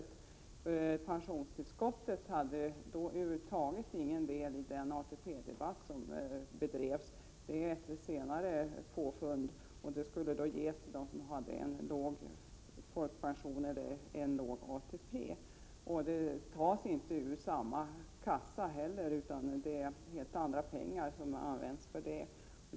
Pensionstillskott togs över huvud taget inte upp i den debatt som en gång fördes om ATP. Pensionstillskott är ett senare påfund, och det skulle ges till dem som hade en låg folkpension eller ATP. Det tas inte heller ur samma kassa. Man använder helt andra pengar till det.